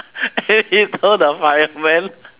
and he told the fireman